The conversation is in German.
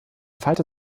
falter